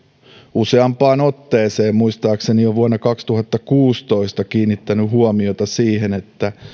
useampaan otteeseen muistaakseni jo vuonna kaksituhattakuusitoista kiinnittänyt huomiota siihen että